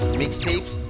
mixtapes